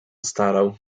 starał